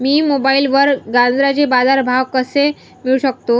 मी मोबाईलवर गाजराचे बाजार भाव कसे मिळवू शकतो?